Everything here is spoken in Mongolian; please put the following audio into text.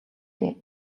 дээ